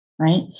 Right